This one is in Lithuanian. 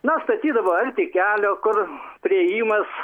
na statydavo arti kelio kur priėjimas